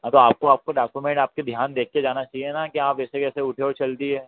हाँ तो आपको आपको डोक्यूमेंट आपके ध्यान देख के जाना चाहिए न कि आप ऐसे कैसे उठे और चल दिए